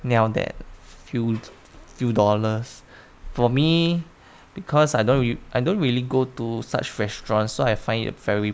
niao that few few dollars for me because I don't re- I dont really go to such restaurants so I find it very